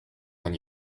when